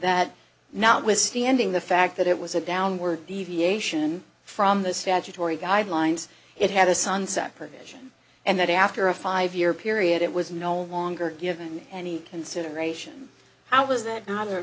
that notwithstanding the fact that it was a downward deviation from the statutory guidelines it had a sunset provision and that after a five year period it was no longer given any consideration how was that not a